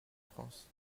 france